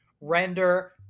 render